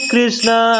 Krishna